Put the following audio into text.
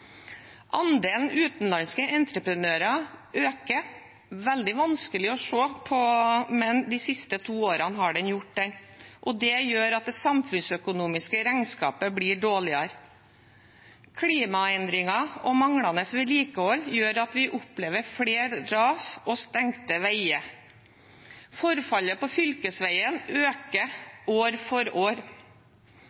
Andelen utenlandske entreprenører øker. Det er veldig vanskelig å se, men de siste to årene har den gjort det, og det gjør at det samfunnsøkonomiske regnskapet blir dårligere. Klimaendringer og manglende vedlikehold gjør at vi opplever flere ras og stengte veier. Forfallet på fylkesveiene øker